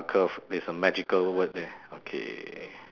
curve there's a magical word there okay